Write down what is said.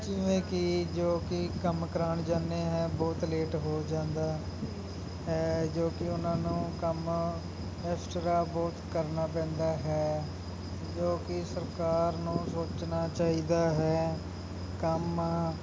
ਜਿਵੇਂ ਕਿ ਜੋ ਕਿ ਕੰਮ ਕਰਾਉਣ ਜਾਂਦੇ ਹੈ ਬਹੁਤ ਲੇਟ ਹੋ ਜਾਂਦਾ ਹੈ ਜੋ ਕਿ ਉਹਨਾਂ ਨੂੰ ਕੰਮ ਐਕਸਟਰਾ ਬਹੁਤ ਕਰਨਾ ਪੈਂਦਾ ਹੈ ਜੋ ਕਿ ਸਰਕਾਰ ਨੂੰ ਸੋਚਣਾ ਚਾਹੀਦਾ ਹੈ ਕੰਮ